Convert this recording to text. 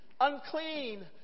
unclean